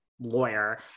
Lawyer